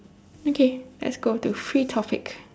okay let's go to free topic